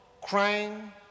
crying